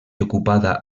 ocupada